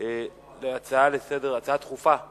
להעלות הצעה דחופה לסדר-היום,